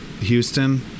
Houston